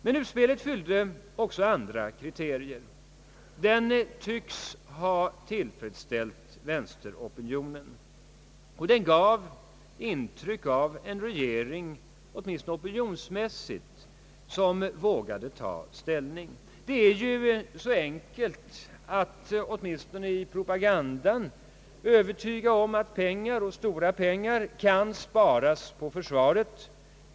Men utspelet fyllde också andra kriterier. Det tycks ha tillfredsställt vänsteropinionen, och den gav intryck av en regering, som vågade ta ställning. Det är ju så enkelt att åtminstone i propagandan övertyga om att pengar — och stora pengar — kan sparas på försvaret.